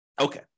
Okay